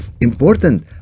important